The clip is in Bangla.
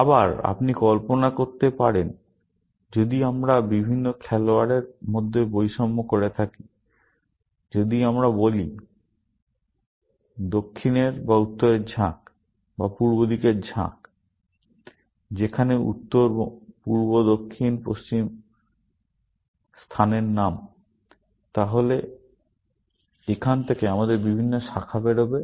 আবার আপনি কল্পনা করতে পারেন যদি আমরা বিভিন্ন খেলোয়াড়ের মধ্যে বৈষম্য করে থাকি যদি আমরা বলি দক্ষিণের বাঁক বা উত্তরের বাঁক বা পূর্ব দিকের বাঁক যেখানে উত্তর পূর্ব দক্ষিণ পশ্চিম স্থানের নাম তাহলে এখান থেকে আমাদের বিভিন্ন শাখা বের হবে